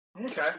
Okay